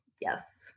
Yes